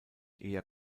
eher